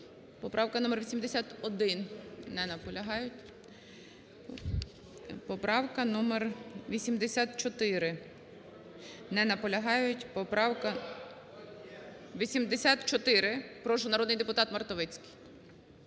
Поправка номер 81. Не наполягають. Поправка номер 84. Не наполягають. Поправка... 84. Прошу, народний депутат Мартовицький.